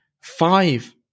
five